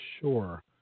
sure